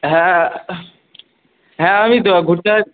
হ্যাঁ হ্যাঁ আমি ঘুরতে